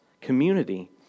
community